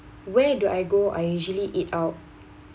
where do I go I usually eat out